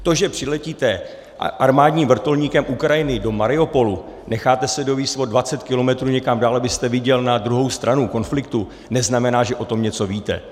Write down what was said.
To, že přiletíte armádním vrtulníkem Ukrajiny do Mariupolu, necháte se dovézt o dvacet kilometrů někam dál, abyste viděl na druhou stranu konfliktu, neznamená, že o tom něco víte.